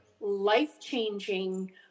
life-changing